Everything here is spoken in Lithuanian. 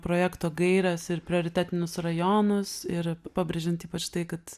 projekto gaires ir prioritetinius rajonus ir pabrėžiant ypač tai kad